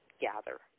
gather